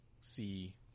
see